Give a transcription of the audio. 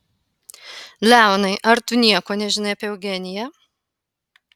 leonai ar tu nieko nežinai apie eugeniją